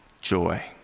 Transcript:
joy